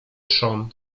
trzon